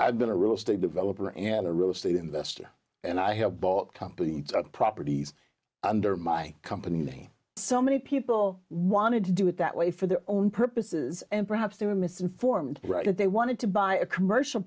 i've been a real estate developer and a real estate investor and i have bought company properties under my company name so many people wanted to do it that way for their own purposes and perhaps they were misinformed right that they wanted to buy a commercial